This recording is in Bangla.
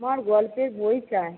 আমার গল্পের বই চাই